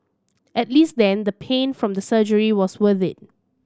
at least then the pain from the surgery was worth it